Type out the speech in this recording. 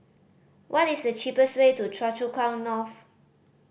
what is the cheapest way to Choa Chu Kang North